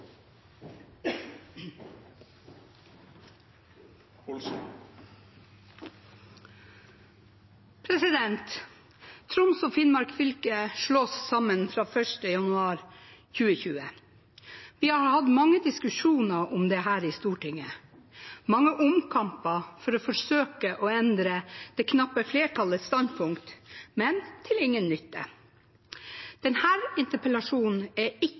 5 avslutta. Troms og Finnmark fylker slås sammen fra 1. januar 2020. Vi har hatt mange diskusjoner om dette i Stortinget, mange omkamper for å forsøke å endre det knappe flertallets standpunkt, men til ingen nytte. Denne interpellasjonen er ikke